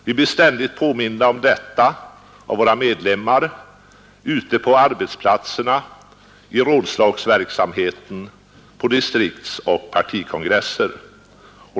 Vi blir ständigt påminda om detta av våra medlemmar, ute på arbetsplatserna, i rådslagsverksamheten, på distriktsoch partikongresser.